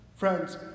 Friends